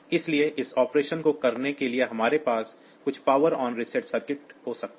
इसलिए इस ऑपरेशन को करने के लिए हमारे पास कुछ पावर ऑन रीसेट सर्किट्री हो सकते हैं